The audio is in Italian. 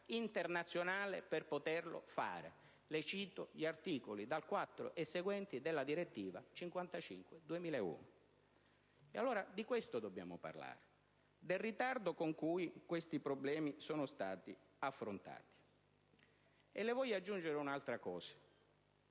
internazionale per poterlo fare; rinvio agli articoli 4 e seguenti della direttiva 2001/55/CE. Di questo dobbiamo parlare, del ritardo con cui questi problemi sono stati affrontati. Voglio aggiungere anche che